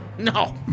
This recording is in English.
No